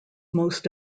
most